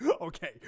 okay